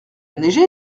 neigé